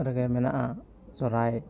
ᱨᱮᱜᱮ ᱢᱮᱱᱟᱜᱼᱟ ᱥᱚᱦᱚᱨᱟᱭ